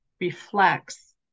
reflects